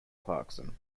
clarkson